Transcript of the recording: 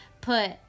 put